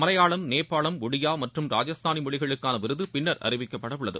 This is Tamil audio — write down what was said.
மலையாளம் நேபாளம் ஒடியா மற்றும் ராஜஸ்தாளி மொழிகளுக்கான விருது பின்னர் அறிவிக்கப்பட உள்ளது